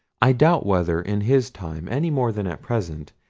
i doubt whether, in his time, any more than at present,